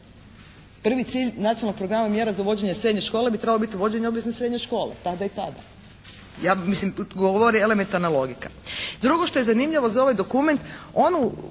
Prvi cilj Nacionalnog programa mjera za uvođenje srednje škole bi trebao biti uvođenje obvezne srednje škole, tada i tada. Ja mislim, govori elementarna logika. Drugo što je zanimljivo za ovaj dokument,